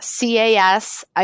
CAS